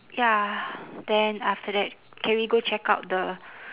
ya then after that can we go check out the